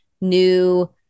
new